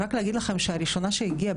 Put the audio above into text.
רק להגיד לכם שהראשונה שהגיעה,